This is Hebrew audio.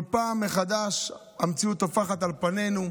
כל פעם מחדש המציאות טופחת על פנינו,